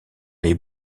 les